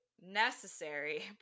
necessary